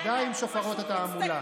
די עם שופרות התעמולה.